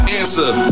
answer